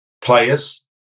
players